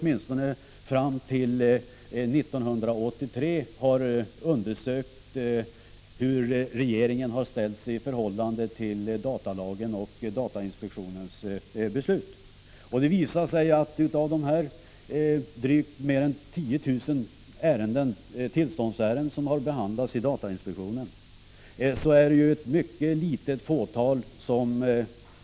1985/86:53 undersökt hur regeringen i dessa ärenden har ställt sig i förhållande till 17 december 1985 datalagen och datainspektionens beslut. Av de mer än 10 000 tillståndsärenden som har behandlats i datainspektionen har det anförts besvär endast i ett mycket litet fåtal fall.